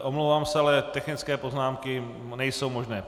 Omlouvám se, ale technické poznámky nejsou možné.